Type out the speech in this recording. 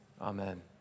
amen